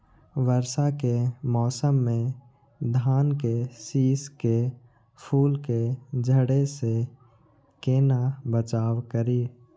वर्षा के मौसम में धान के शिश के फुल के झड़े से केना बचाव करी?